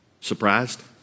Surprised